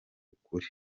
ukuri